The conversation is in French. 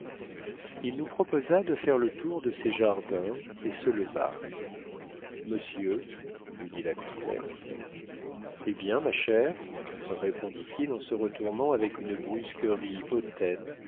il nous proposa de faire le tour de ses jardins et se leva monsieur lui dit la comtesse eh bien ma chère répondit-il en se retournant avec une brusquerie hautaine